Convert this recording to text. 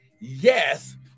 yes